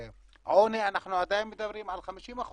עוני, אנחנו עדיין מדברים על 50%,